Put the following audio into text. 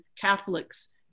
Catholics